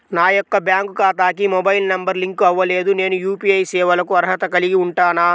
నా యొక్క బ్యాంక్ ఖాతాకి మొబైల్ నంబర్ లింక్ అవ్వలేదు నేను యూ.పీ.ఐ సేవలకు అర్హత కలిగి ఉంటానా?